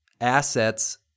assets